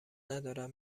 ندارد